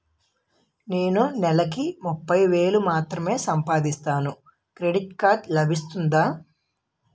నేను నెల కి ముప్పై వేలు మాత్రమే సంపాదిస్తాను క్రెడిట్ కార్డ్ లభిస్తుందా?